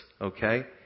okay